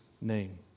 name